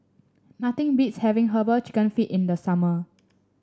nothing beats having herbal chicken feet in the summer